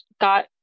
got